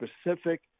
specific